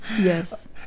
Yes